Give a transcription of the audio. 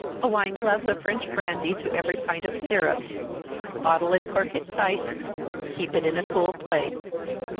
a wine glass of french brandy to every pint of syrup bottle and cork it tight keep it in a cool place.